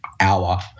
hour